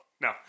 no